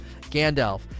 Gandalf